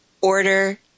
order